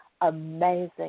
Amazing